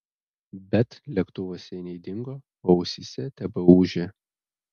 bet lėktuvas seniai dingo o ausyse tebeūžė